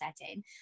setting